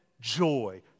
joy